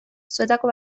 zuetako